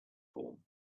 form